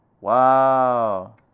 Wow